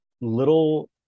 little